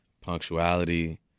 punctuality